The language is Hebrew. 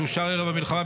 שאושר ערב המלחמה,